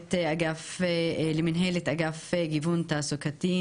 למנהלת אגף גיוון תעסוקתי,